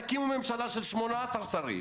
תקימו ממשלה של 18 שרים